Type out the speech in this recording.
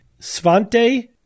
Svante